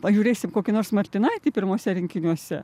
pažiūrėsim kokį nors martinaitį pirmuose rinkiniuose